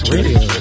Radio